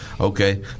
Okay